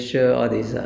oh